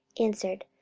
answered,